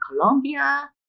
Colombia